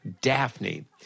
Daphne